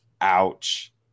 ouch